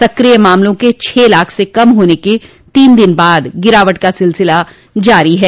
सक्रिय मामलों के छह लाख से कम होने के तीन दिन बाद गिरावट का सिलसिला जारी है